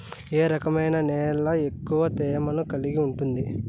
ఏ రకమైన నేల ఎక్కువ తేమను కలిగి ఉంటుంది?